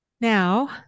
Now